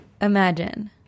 Imagine